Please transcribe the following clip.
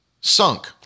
sunk